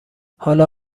حالا